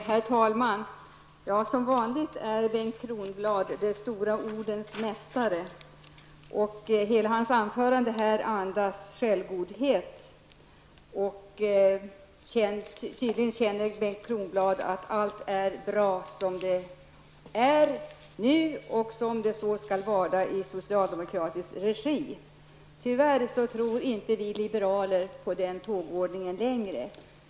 Herr talman! Som vanligt är Bengt Kronblad de stora ordens mästare. Hela hans anförande andades självgodhet. Tydligen känner Bengt Kronblad att allt är bra som det är nu och som det skall vara i socialdemokratisk regi. Tyvärr tror inte vi liberaler på den tågordningen.